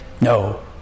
No